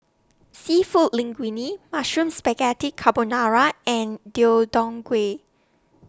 Seafood Linguine Mushroom Spaghetti Carbonara and Deodeok Gui